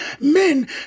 men